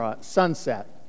sunset